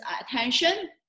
attention